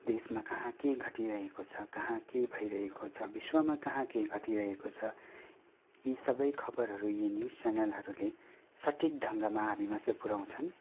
देशमा कहाँ के घटिरहेको छ कहाँ के भइरहेको छ विश्वमा कहाँ के घटिरहेको छ यी सबै खबरहरू यी न्युज च्यानलले सठिक ढङ्गमा हामीमाझ पुऱ्याउँछन्